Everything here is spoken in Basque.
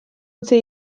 utzi